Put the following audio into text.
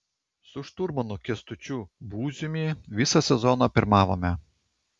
su šturmanu kęstučiu būziumi visą sezoną pirmavome